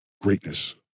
greatness